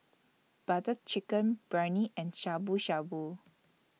Butter Chicken Biryani and Shabu Shabu